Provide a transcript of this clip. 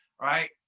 Right